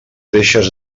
deixes